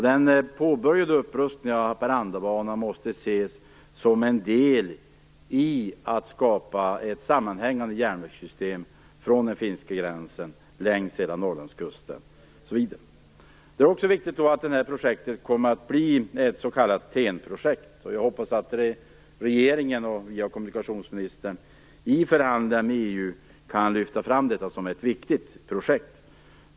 Den påbörjade upprustningen av Haparandabanan måste ses som en del i att skapa ett sammanhängande järnvägssystem från den finska gränsen, längs hela Norrlandskusten osv. Det är också viktigt att det här projektet blir ett s.k. TEN-projekt, och jag hoppas att regeringen via kommunikationsministern i förhandlingar med EU kan lyfta fram detta som ett viktigt projekt.